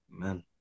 Amen